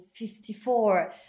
54